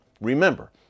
remember